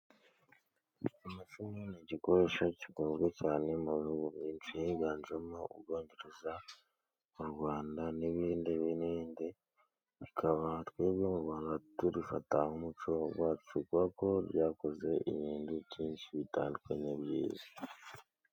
Amacumu ni igikoresho gikunzwe cyane mu bihugu byinshi higanjemo u Bwongereza, u Rwanda n'ibindi n'ibindi, bikaba twebwe mu Rwanda turifata nk'umuco wacu kuko ryakoze ibintu byinshi bitandukanye byinshi.